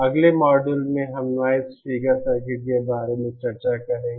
अगले मॉड्यूल में हम नॉइज़ फिगर सर्किट के बारे में चर्चा करेंगे